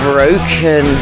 Broken